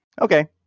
Okay